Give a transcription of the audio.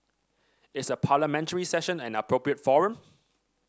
is a Parliamentary Session an appropriate forum